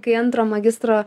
kai antro magistro